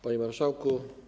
Panie Marszałku!